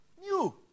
new